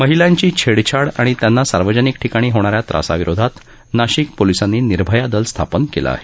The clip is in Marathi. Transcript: महिलांची छेडछाड आणि त्यांना सार्वजनिक ठिकाणी होणाऱ्या त्रासाविरोधात नाशिक पोलिसांनी निर्भया दल स्थापन केलं आहे